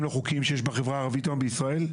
לא חוקיים שיש בחברה הערבית היום בישראל?